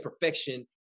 perfection